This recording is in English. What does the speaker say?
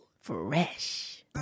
Fresh